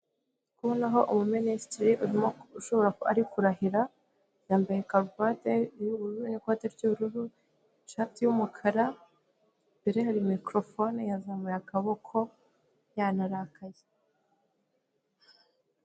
Ndikubonaho umuminisitiri ushobora kuba ari kurahira, yambaye karuvati y'ubururu n'ikote ry'ubururu, ishati y'umukara, imbere ye hari mikorofone, yazamuye akaboko, yanarakaye.